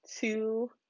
two